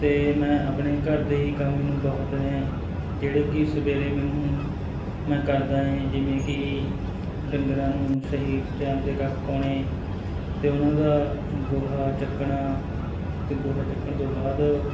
ਅਤੇ ਮੈਂ ਆਪਣੇ ਘਰ ਦੇ ਹੀ ਕੰਮ ਮੈਨੂੰ ਬਹੁਤ ਨੇ ਜਿਹੜੇ ਕਿ ਸਵੇਰੇ ਮੈਨੂੰ ਮੈਂ ਕਰਦਾ ਏ ਜਿਵੇਂ ਕਿ ਡੰਗਰਾਂ ਨੂੰ ਸਹੀ ਟਾਈਮ ਦੇ ਕੱਖ ਪਾਉਣੇ ਅਤੇ ਉਹਨਾਂ ਦਾ ਗੋਹਾ ਚੱਕਣਾ ਅਤੇ ਗੋਹਾ ਚੁੱਕਣ ਤੋਂ ਬਾਅਦ